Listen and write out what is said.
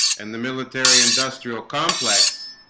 and the military-industrial complex